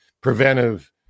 preventive